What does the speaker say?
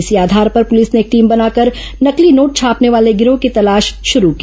इसी आघार पर पुलिस ने एक टीम बनाकर नकली नोट छापने वाले गिरोह की तलाश शुरू की